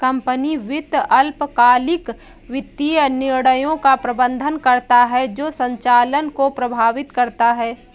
company वित्त अल्पकालिक वित्तीय निर्णयों का प्रबंधन करता है जो संचालन को प्रभावित करता है